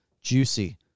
juicy